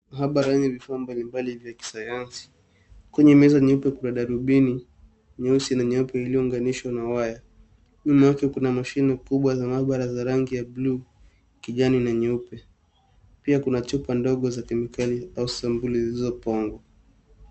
Maabara yenye vifaa mbalimbali vya kisayansi. Kwenye meza nyeupe kuna darubini nyeusi na nyeupe iliyounganishwa na waya. Nyuma yake kuna mashine kubwa za maabara za rangi ya bluu, kijani na nyeupe. Pia kuna chupa ndogo za kemikali au sampuli zilizopangwa.